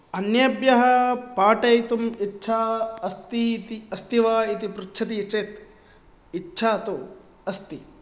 अन्येभ्यः पाठयितुम् इच्छा अस्ति इति अस्ति वा इति पृच्छति चेत् इच्छा तु अस्ति